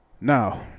now